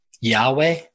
Yahweh